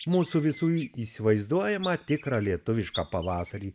mūsų visų įsivaizduojama tikrą lietuvišką pavasarį